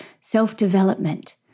self-development